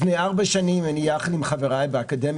לפני ארבע שנים אני יחד עם חבריי באקדמיה